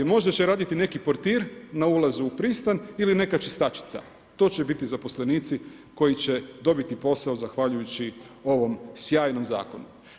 Možda će raditi neki portir na ulazu u pristan ili neka čistačica, to će biti zaposlenici koji će dobiti posao zahvaljujući ovom sjajnom Zakonu.